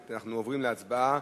אנחנו עוברים להצבעה,